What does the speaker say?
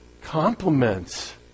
Compliments